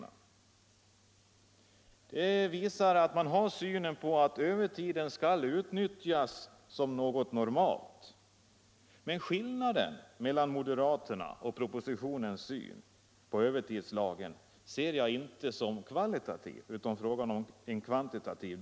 Det resonemanget visar att moderaterna har den synen att övertiden skall utnyttjas som något normalt. Jag ser dock inte skillnaden mellan moderaternas och propositionens syn på övertidslagen som kvalitativ utan bara som kvantitativ.